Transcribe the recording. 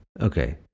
okay